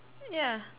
ya